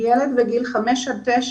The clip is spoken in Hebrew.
ילד בגיל 5 עד 9